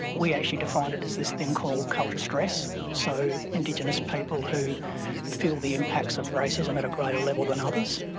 we actually defined it as this thing called culture stress, so indigenous people who feel the impacts of racism at a greater level than others.